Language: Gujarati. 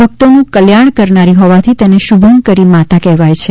ભક્તોનું કલ્યાણ કરનારી હોવાથી તેને શુભંકરી માતા કહેવાય છે